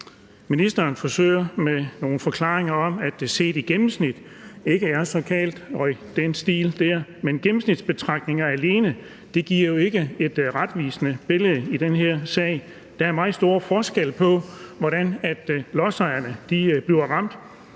Ministeren forsøger med nogle forklaringer om, at det gennemsnitligt ikke er så galt og i den stil, men gennemsnitsbetragtninger alene giver jo ikke et retvisende billede i den her sag. Der er meget store forskelle på, hvordan lodsejerne bliver ramt.